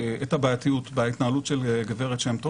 את הבעייתיות בהתנהלות של הגב' שם טוב